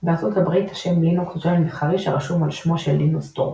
בארצות הברית השם לינוקס הוא סמל מסחרי שרשום על שמו של לינוס טורבאלדס.